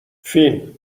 فین